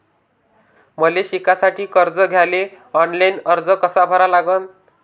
मले शिकासाठी कर्ज घ्याले ऑनलाईन अर्ज कसा भरा लागन?